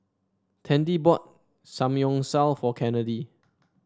Tandy bought Samgyeopsal for Kennedy